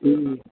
ए